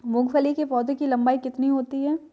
मूंगफली के पौधे की लंबाई कितनी होती है?